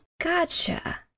gotcha